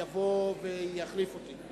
יבוא ויחליף אותי.